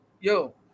yo